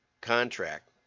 contract